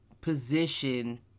position